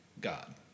God